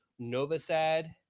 Novasad